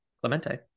Clemente